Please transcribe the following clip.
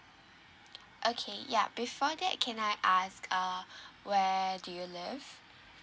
okay yup before that can I ask uh where do you live